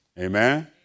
Amen